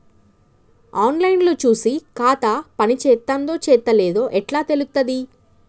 On line లో చూసి ఖాతా పనిచేత్తందో చేత్తలేదో ఎట్లా తెలుత్తది?